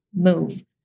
move